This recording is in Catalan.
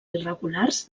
irregulars